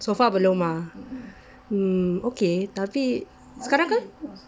so far belum ah mm okay tapi sekarang kan